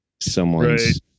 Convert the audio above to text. someone's